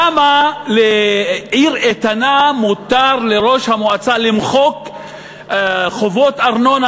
למה בעיר איתנה מותר לראש המועצה למחוק חובות ארנונה